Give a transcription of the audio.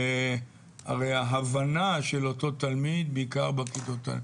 הרי ההבנה של אותו תלמיד בכל הכיתות,